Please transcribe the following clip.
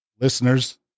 listeners